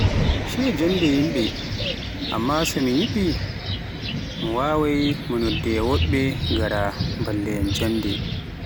Shiya jonde yimbe amma so mi neɓi mo wowai ko noddoya woɓɓe ngara mballitayan jonde.